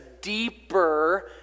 deeper